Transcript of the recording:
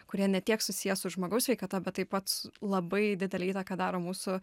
kurie ne tiek susiję su žmogaus sveikata bet taip pat s labai didelę įtaką daro mūsų